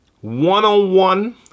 one-on-one